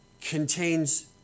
contains